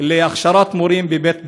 להכשרת מורים בבית ברל.